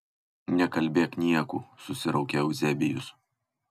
nekalbėk niekų susiraukė euzebijus